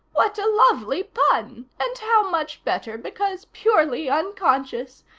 what a lovely pun! and how much better because purely unconscious!